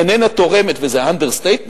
אינה תורמת, וזה אנדרסטייטמנט,